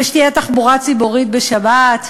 ושתהיה תחבורה ציבורית בשבת.